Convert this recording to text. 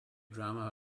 drama